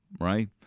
right